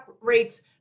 rates